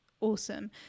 awesome